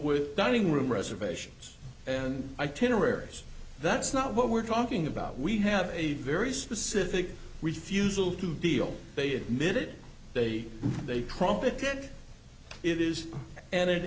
with dining room reservations and i ten arrears that's not what we're talking about we have a very specific refusal to deal they admit it they they trumpet that it is and it